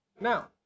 Now